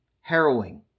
harrowing